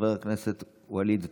חבר הכנסת ווליד טאהא,